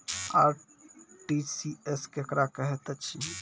RTGS केकरा कहैत अछि?